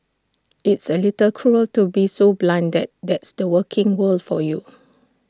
it's A little cruel to be so blunt that that's the working world for you